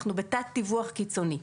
אנחנו בתת דיווח קיצוני.